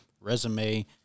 resume